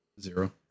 zero